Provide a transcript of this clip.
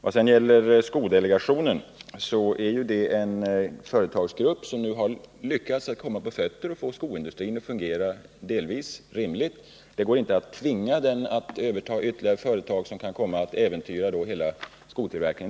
Vad sedan gäller Skogruppen AB är ju det en företagsgrupp som nu har lyckats att komma på fötter och att få skoindustrin att delvis fungera på ett rimligt sätt. Det går inte att tvinga den att överta ytterligare företag, vilket skulle kunna äventyra hela skotillverkningen.